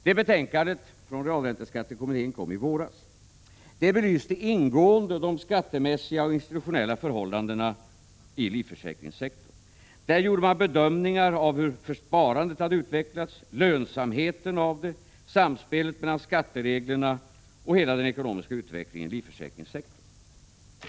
Betänkandet från realränteskattekommittén kom i våras. Det belyste ingående de skattemässiga och institutionella förhållandena inom livförsäkringssektorn. Där gjorde man bedömningar av hur sparandet utvecklats, lönsamheten av sparandet och samspelet mellan skattereglerna och hela den ekonomiska utvecklingen inom livförsäkringssektorn.